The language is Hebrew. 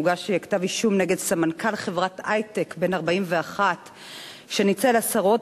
הוגש כתב אישום נגד סמנכ"ל חברת היי-טק בן 41 שניצל עשרות,